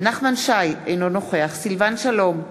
נחמן שי, אינו נוכח סילבן שלום,